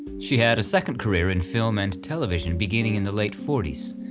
she had a second career in film and television beginning in the late forty s,